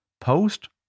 post